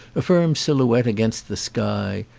a firm silhouette against the sky,